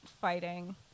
fighting